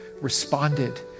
responded